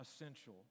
essential